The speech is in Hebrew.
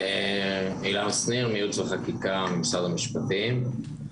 עילם שניר, יעוץ וחקיקה ממשרד המשפטים.